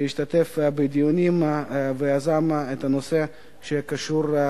שהשתתף בדיונים ויזם את הדיון בנושא האפליה